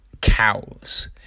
cows